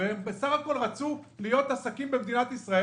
והם בסך הכל רצו להיות עסקים במדינת ישראל